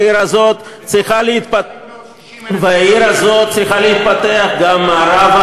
בתוך העיר אפשר לבנות 60,000. העיר הזאת צריכה להתפתח גם מערבה,